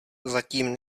zatím